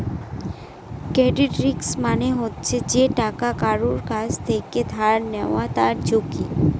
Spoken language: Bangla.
ক্রেডিট রিস্ক মানে হচ্ছে যে টাকা কারুর কাছ থেকে ধার নেয় তার ঝুঁকি